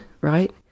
right